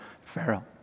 Pharaoh